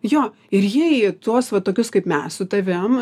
jo ir jie į tuos va tokius kaip mes su tavim